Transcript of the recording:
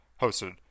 hosted